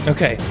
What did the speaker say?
Okay